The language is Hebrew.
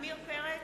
עמיר פרץ,